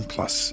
Plus